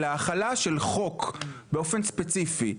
אלא החלה של חוק באופן ספציפי,